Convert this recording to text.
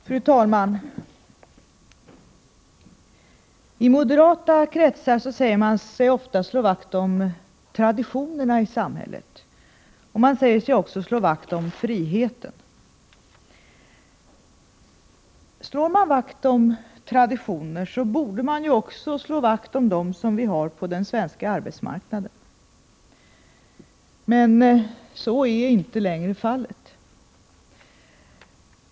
Fru talman! I moderata kretsar säger man sig ofta slå vakt om traditionerna i samhället. Man säger sig också slå vakt om friheten. Slår man vakt om traditioner borde man också slå vakt om dem som vi har på den svenska arbetsmarknaden. Men så är inte längre fallet.